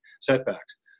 setbacks